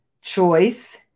choice